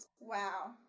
Wow